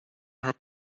her